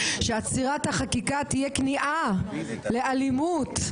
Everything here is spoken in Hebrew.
שעצירת החקיקה תהיה כניעה לאלימות,